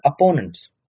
opponents